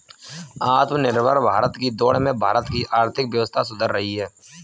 आत्मनिर्भर भारत की दौड़ में भारत की आर्थिक व्यवस्था सुधर रही है